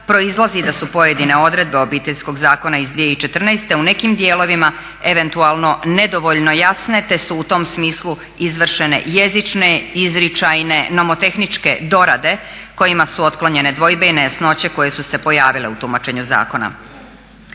proizlazi da su pojedine odredbe Obiteljskog zakona iz 2014. u nekim dijelovima eventualno nedovoljno jasne, te su u tom smislu izvršene jezične, izričajne, nomotehničke dorade kojima su otklonjene dvojbe i nejasnoće koje su se pojavile u tumačenju zakona.